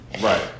Right